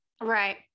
Right